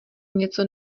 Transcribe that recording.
něco